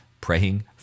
praying